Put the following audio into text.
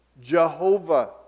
Jehovah